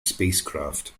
spacecraft